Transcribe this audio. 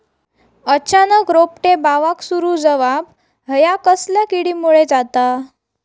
अचानक रोपटे बावाक सुरू जवाप हया कसल्या किडीमुळे जाता?